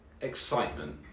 excitement